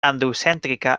androcèntrica